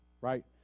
right